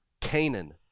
Canaan